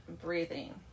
breathing